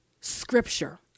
scripture